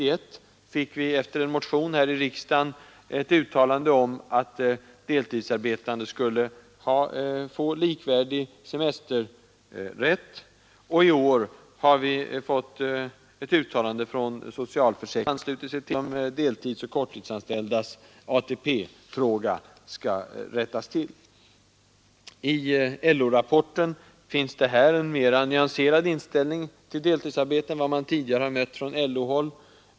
År 1971 antog riksdagen efter en folkpartimotion ett uttalande om att deltidsarbetande skulle få likvärdig rätt till semester, och i år har socialförsäkringsutskottet uttalat — och riksdagen har anslutit sig till det — att förhållandena kring de deltidsoch korttidsanställdas ATP-pension skall rättas till. I LO-rapporten finns det en mera nyanserad inställning till deltidsarbetet än man tidigare mött från LO-håll.